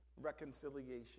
reconciliation